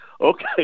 Okay